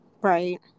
Right